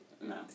No